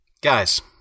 Guys